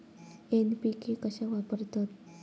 NPK कशाक वापरतत?